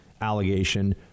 allegation